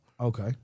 Okay